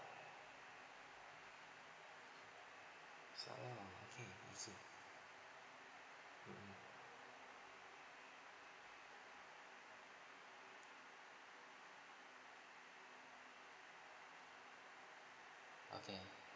so okay I see mm okay